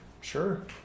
Sure